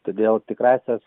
todėl tikrąsias